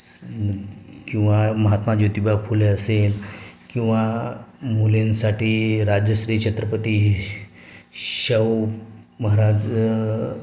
स् किंवा महात्मा ज्योतिबा फुले असेल किंवा मुलांसाठी राजश्री छत्रपती शाहू महाराज